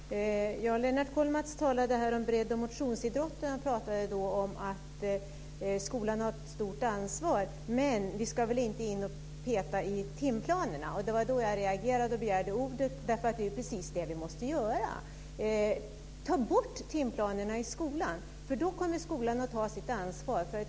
Herr talman! Lennart Kollmats talade om breddoch motionsidrotten. Han pratade om att skolan har ett stort ansvar. Men vi ska väl inte gå in och peta i timplanerna, sade han. Det var då jag reagerade och begärde ordet. Det är nämligen precis det som vi måste göra! Ta bort timplanerna i skolan! Då kommer skolan att ta sitt ansvar.